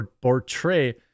portray